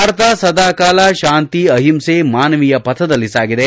ಭಾರತ ಸದಾಕಾಲ ಶಾಂತಿ ಅಹಿಂಸೆ ಮಾನವೀಯ ಪಥದಲ್ಲಿ ಸಾಗಿದೆ